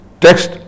text